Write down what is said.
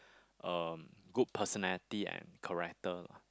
um good personality and character